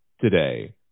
today